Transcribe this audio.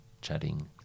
chatting